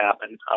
happen